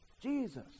Jesus